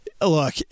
Look